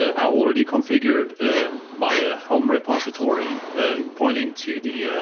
i already configured my ah helm repository pointing to the